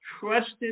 trusted